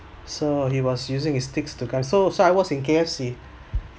so he was using his sticks to come so so I was in K_F_C